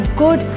good